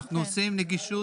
אנחנו עושים נגישות.